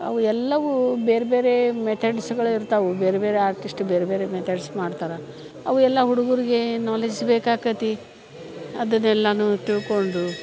ಅವು ಎಲ್ಲವೂ ಬೇರೆ ಬೇರೆ ಮೆತಡ್ಸ್ಗಳಿರ್ತಾವೆ ಬೇರೆ ಬೇರೆ ಆರ್ಟಿಶ್ಟ್ ಬೇರೆ ಬೇರೆ ಮೆತಡ್ಸ್ ಮಾಡ್ತಾರೆ ಅವು ಎಲ್ಲ ಹುಡ್ಗರ್ಗೆ ನೋಲೇಜ್ ಬೇಕಾಕ್ಕತಿ ಅದನ್ನು ಎಲ್ಲನೂ ತಿಳ್ಕೊಂಡು